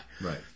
Right